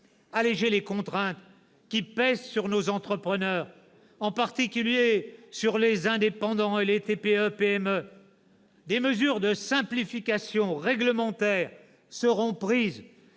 alléger les contraintes qui pèsent sur nos entrepreneurs, en particulier sur les indépendants et les TPE-PME. Des mesures de simplification réglementaire seront prises,